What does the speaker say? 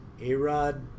A-Rod